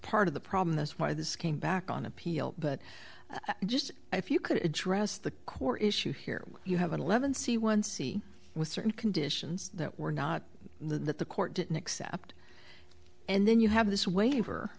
part of the problem that's why this came back on appeal but just if you could address the core issue here you have an eleven c one c with certain conditions that were not in that the court didn't accept and then you have this waiver